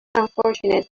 unfortunate